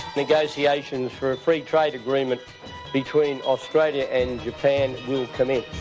negotiations for a free trade agreement between australia and japan will commence.